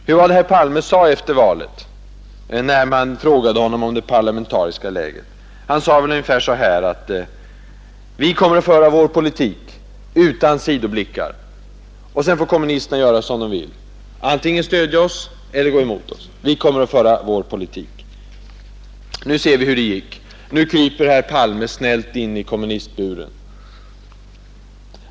Hur var det herr Palme sade efter valet, när man frågade honom om det parlamentariska läget? Han sade ungefär så här: Vi kommer att föra vår politik utan sidoblickar, och sedan får kommunisterna göra som de vill — antingen stödja oss eller gå emot oss. Vi kommer att föra vår politik. Nu ser vi hur det gick, nu kryper herr Palme snällt in i kommunistburen.